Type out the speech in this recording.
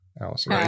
Alice